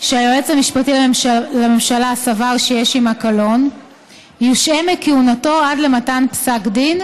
שהיועץ המשפטי לממשלה סבר שיש עמה קלון יושעה מכהונתו עד למתן פסק דין,